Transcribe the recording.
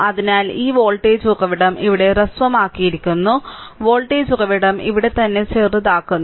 അതിനാൽ ഈ വോൾട്ടേജ് ഉറവിടം ഇവിടെ ഹ്രസ്വമാക്കിയിരിക്കുന്നു വോൾട്ടേജ് ഉറവിടം ഇവിടെത്തന്നെ ചെറുതാക്കുന്നു